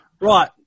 right